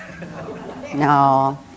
No